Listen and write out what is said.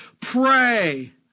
Pray